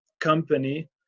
company